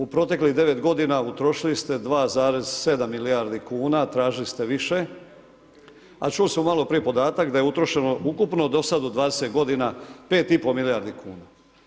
U proteklih 9 godina utrošili ste 2,7 milijardi kuna, tražili ste više, a čuo sam maloprije podatak da je utrošeno ukupno do sad u 20 godina 5 i pol milijardi kuna.